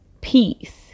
peace